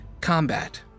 combat